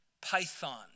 Python